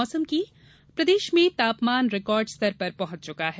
मौसम प्रदेश में तापमान रिकॉर्ड स्तर पर पहुंच चुका है